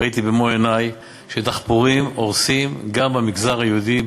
ראיתי במו-עיני שדחפורים הורסים גם במגזר היהודי,